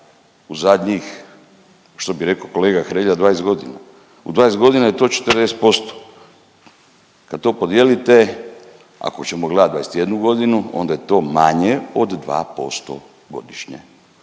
u zadnjih što bi reko kolega Hrelja 20 godina. U 20 godine je to 40%, kad to podijelite ako ćemo gledat 21 godinu, onda je to manje od 2% godišnje.